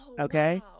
Okay